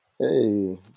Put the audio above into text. hey